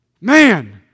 Man